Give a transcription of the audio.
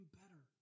better